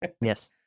Yes